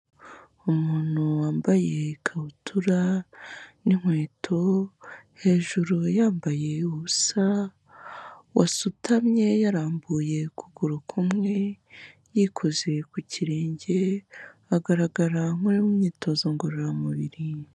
Umuntu wambaye ikabutura n'inkweto, hejuru yambaye ubusa, wasutamye yarambuye ukuguru kumwe, yikoze ku kirenge, agaragara nk'uri mu myitozo ngororamubiri.